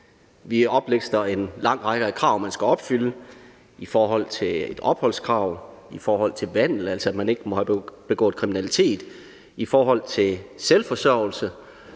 Vi oplister en lang række af krav, man skal opfylde i forhold til et opholdskrav, i forhold til vandel, altså at man ikke må have begået kriminalitet, i forhold til selvforsørgelse